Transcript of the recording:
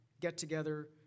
get-together